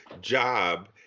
job